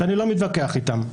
שאני לא מתווכח איתם,